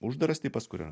uždaras tipas kur yra